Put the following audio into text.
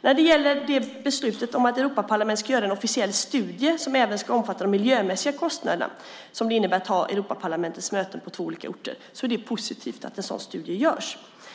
Det har fattats beslut om att Europaparlamentet ska göra en officiell studie som även ska omfatta de miljömässiga kostnader som det innebär att ha Europaparlamentets möten på två olika orter. Det är positivt att en sådan studie görs.